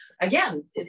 again